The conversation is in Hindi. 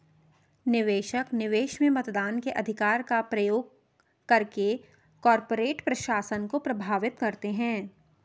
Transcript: निवेशक, निवेश में मतदान के अधिकार का प्रयोग करके कॉर्पोरेट प्रशासन को प्रभावित करते है